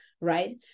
right